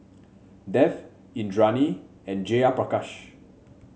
Dev Indranee and Jayaprakash